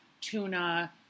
tuna